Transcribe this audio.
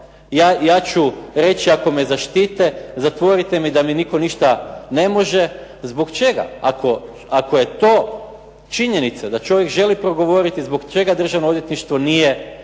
ja ću reći ako me zaštite, zatvorite me da mi nitko ništa ne može. Zbog čega ako je to činjenica da čovjek želi progovoriti, zbog čega Državno odvjetništvo nije